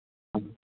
ஆ